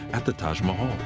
at the taj mahal.